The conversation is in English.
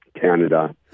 Canada